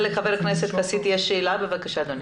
בבקשה.